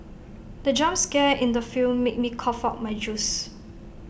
the jump scare in the film made me cough out my juice